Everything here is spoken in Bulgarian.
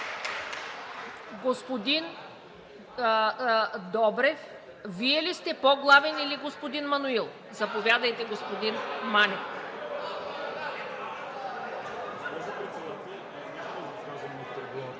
Господин Добрев, Вие ли сте по-главен, или господин Маноил… Заповядайте, господин Манев. (Реплика